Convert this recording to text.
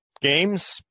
games